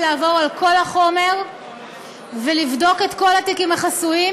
לעבור על כל החומר ולבדוק את כל התיקים החסויים.